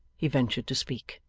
he ventured to speak.